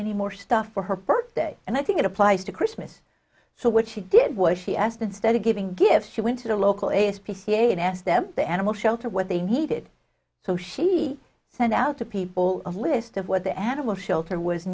any more stuff for her birthday and i think it applies to christmas so what she did was she asked instead of giving gifts she went to the local is pca and asked them the animal shelter what they needed so she sent out to people a list of what the animal shelter was